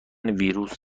ویروس